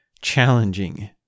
challenging